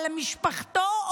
על משפחתו,